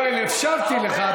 יואל, אפשרתי לך.